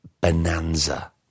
bonanza